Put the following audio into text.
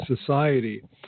society